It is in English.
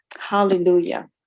Hallelujah